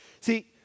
See